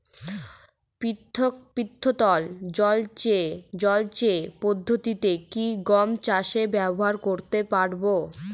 পৃষ্ঠতল জলসেচ পদ্ধতি কি গম চাষে ব্যবহার করতে পারব?